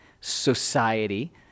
society